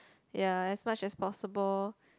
ya as much as possible